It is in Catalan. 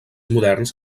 moderns